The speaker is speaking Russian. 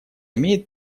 имеет